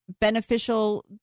beneficial